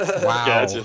Wow